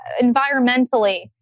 environmentally